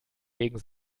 gegen